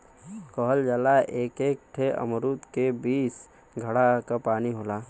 कहल जाला एक एक ठे अमरूद में बीस घड़ा क पानी होला